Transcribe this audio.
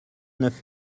neuf